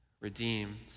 redeemed